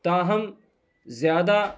تاہم زیادہ